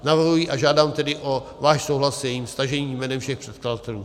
Navrhuji a žádám tedy o váš souhlas s jejím stažením jménem všech předkladatelů.